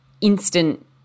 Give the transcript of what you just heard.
instant